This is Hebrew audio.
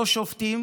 לא שופטים,